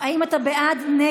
בעד טלי פלוסקוב,